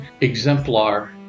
exemplar